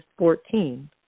14